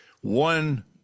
one